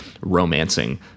Romancing